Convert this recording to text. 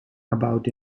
about